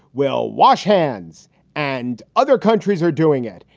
well, wash hands and other countries are doing it.